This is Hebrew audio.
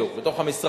בדיוק, בתוך המשרד.